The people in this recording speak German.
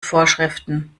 vorschriften